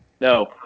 No